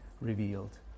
revealed